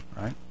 right